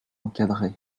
encadré